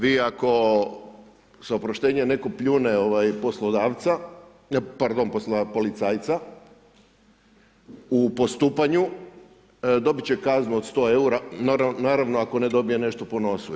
Vi ako, s oproštenjem, netko pljune poslodavca, pardon, policajca u postupanju, dobit će kaznu od 100 eura, naravno ako ne dobije nešto po nosu, jel.